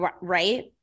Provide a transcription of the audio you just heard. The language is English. Right